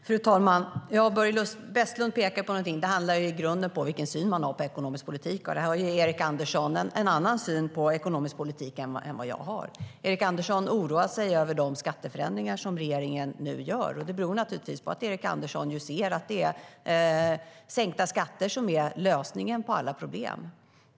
Fru talman! Börje Vestlund pekar på någonting. Det handlar i grunden om vilken syn man har på ekonomisk politik. Erik Andersson har en annan syn på ekonomisk politik än vad jag har. Erik Andersson oroar sig över de skatteförändringar som regeringen nu gör, och det beror naturligtvis på att Erik Andersson anser att det är sänkta skatter som är lösningen på alla problem.